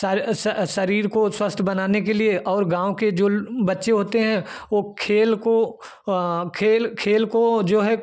शरी श श शरीर को स्वस्थ बनाने के लिए और गाँव के लो जो बच्चे होते हैं वह खेल को खेल खेल को जो है